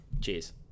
Cheers